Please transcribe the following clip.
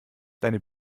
deine